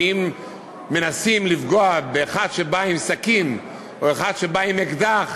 שאם מנסים לפגוע באחד שבא עם סכין או באחד שבא עם אקדח